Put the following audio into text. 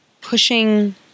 pushing